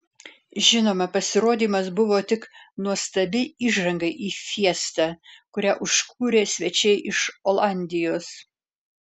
žinoma pasirodymas buvo tik nuostabi įžanga į fiestą kurią užkūrė svečiai iš olandijos